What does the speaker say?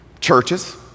churches